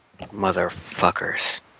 Motherfuckers